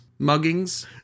Muggings